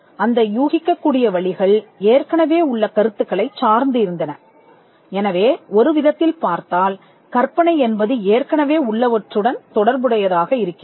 அந்த ஊகிக்கக் கூடிய வழிகள் ஏற்கனவே உள்ள கருத்துக்களைச் சார்ந்து இருந்தன எனவே ஒரு விதத்தில் பார்த்தால் கற்பனை என்பது ஏற்கனவே உள்ள வற்றுடன் தொடர்புடையதாக இருக்கிறது